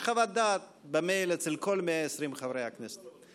יש חוות דעת במייל אצל כל 120 חברי הכנסת.